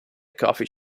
coffee